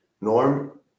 norm